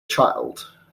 child